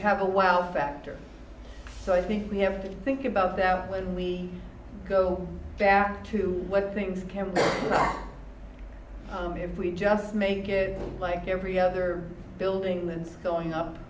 have a wow factor so i think we have to think about that when we go back to what things can be if we just make it like every other building when filling up